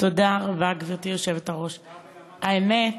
תודה רבה, גברתי יושבת-הראש, האמת,